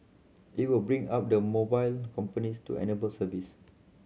it will been up the mobile companies to enable service